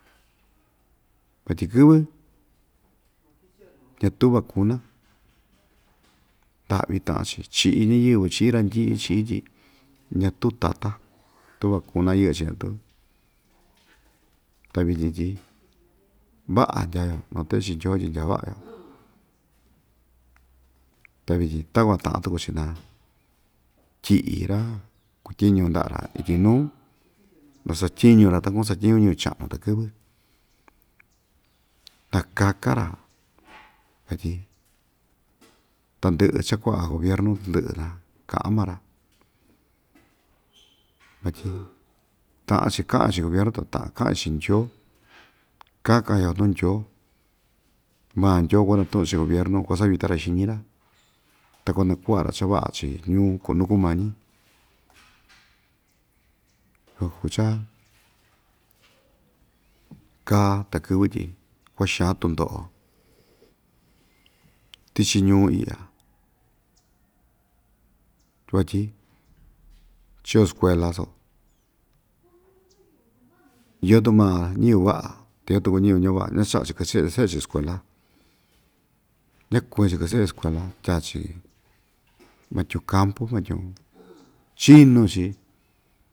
Vatyi kɨvɨ ñatu vacuna nda'vi ta'an‑chi chi'í ñayɨvɨ chi'í randyi'i chi'í tyi ñatu tatan tuu vacuna yɨ'ɨ‑chi ñatu ta vityin tyi va'a ndyaa‑yo ma ta'vi chii ndyoo tyi ndya va'a‑yo ta vityin takuan ta'an tuku‑chi na tyi'i ra‑kuu tyiñu nda'a‑ra ityi nuu na satyiñu‑ra ta kuñu satyiñu ñɨvɨ cha'nu takɨ́vɨ na kakan‑ra vatyi tandɨ'ɨ cha‑ku'a gobiernu tandɨ'ɨ ta ka'an maa‑ra vatyi ta'an‑chi ka'an‑chi chi gobiernu ta ta'an ka'an‑chi chi'in ndyoo kakan‑yo nuu ndyoo maa ndyoo kuanatu'un chi'in gobiernu kuasavita‑ra xiñi‑ra ta kuanaku'a‑ra cha va'a chii ñuu ko nukumañi yukua kuu cha kaa takɨ́vɨ tyi kua'a xan tundo'o tichi ñuu i'ya vatyi chio skuela so iyo tuu ma ñɨvɨ va'a ta iyo tuku ñɨvɨ ñava'a ñacha'a‑chi kɨ'ɨ se'e‑chi skuela ñakuñi‑chi kɨ'ɨ se'e‑chi skuela tyaa‑chi ma tyiñu kampu ma tyiñu chinu‑chi.